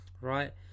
Right